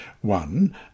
One